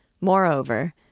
Moreover